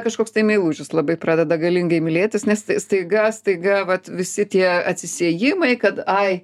kažkoks tai meilužis labai pradeda galingai mylėtis nes tai staiga staiga vat visi tie atsisiejimai kad ai